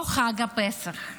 לא חג הפסח,